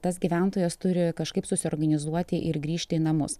tas gyventojas turi kažkaip susiorganizuoti ir grįžt į namus